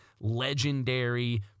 legendary